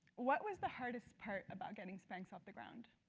what was the hardest part about getting spanx off the ground?